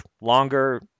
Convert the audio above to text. longer